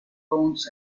loans